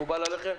מקובל עליכם?